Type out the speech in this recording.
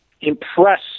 impress